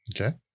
Okay